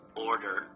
order